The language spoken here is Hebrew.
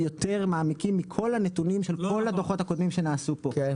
יותר מעמיקים מכל הנתונים של כל הדוחות הקודמים שנעשו פה,